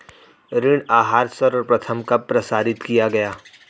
ऋण आहार सर्वप्रथम कब प्रसारित किया गया?